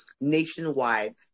nationwide